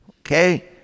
okay